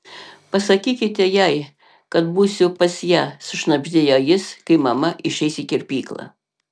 pasakykite jai kad būsiu pas ją sušnabždėjo jis kai mama išeis į kirpyklą